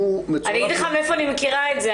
שהוא- -- אני אגיד לך מאיפה אני מכירה את זה,